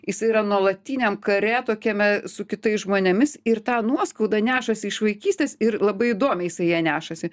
jisai yra nuolatiniam kare tokiame su kitais žmonėmis ir tą nuoskaudą nešasi iš vaikystės ir labai įdomiai jisai ją nešasi